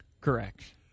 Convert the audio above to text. Correct